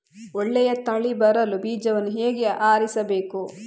ಒಳ್ಳೆಯ ತಳಿ ಬರಲು ಬೀಜವನ್ನು ಹೇಗೆ ಆರಿಸಬೇಕು?